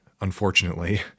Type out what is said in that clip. unfortunately